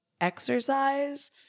exercise